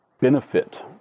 benefit